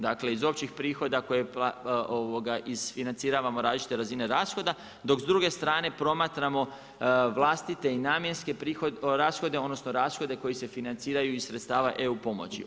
Dakle, iz općih prihoda koje izfinanciravamo različite razine rashoda, dok s druge strane promatramo, vlastite i namjenske rashode, odnosno, rashode koje se financiraju iz sredstava EU pomoći.